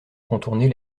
contourner